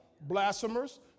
blasphemers